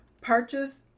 purchase